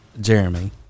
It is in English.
Jeremy